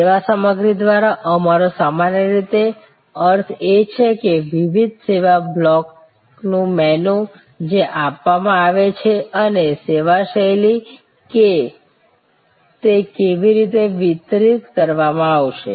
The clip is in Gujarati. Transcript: સેવા સામગ્રી દ્વારા અમારો સામાન્ય રીતે અર્થ એ છે કે વિવિધ સેવા બ્લોક્સનું મેનૂ જે આપવા માં આવે છે અને સેવા શૈલી તે કેવી રીતે વિતરિત કરવામાં આવશે